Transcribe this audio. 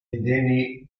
denny